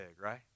right